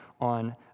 on